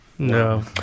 No